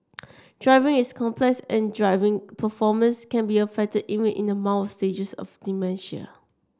driving is complex and driving performance can be affected even in the mild stages of dementia